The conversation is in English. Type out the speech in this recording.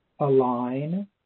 align